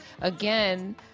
again